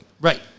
Right